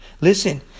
Listen